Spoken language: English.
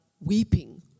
weeping